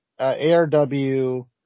ARW